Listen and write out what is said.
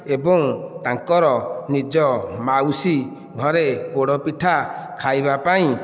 ଏବଂ ତାଙ୍କର ନିଜ ମାଉସୀ ଘରେ ପୋଡ଼ ପିଠା ଖାଇବା ପାଇଁ